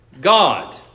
God